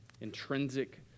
intrinsic